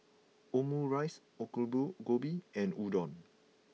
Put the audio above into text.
Omurice Alu Gobi and Udon